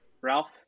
Ralph